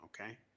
okay